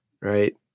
Right